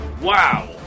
wow